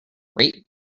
rate